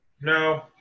No